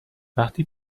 وقتی